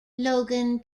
logan